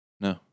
No